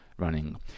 running